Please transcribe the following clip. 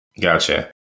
Gotcha